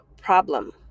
problem